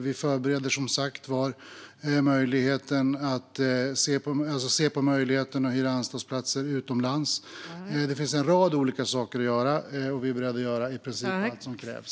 Vi ser som sagt på möjligheten att hyra anstaltsplatser utomlands. Det finns en rad olika saker att göra, och vi är beredda att göra i princip allt som krävs.